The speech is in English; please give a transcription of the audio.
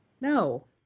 No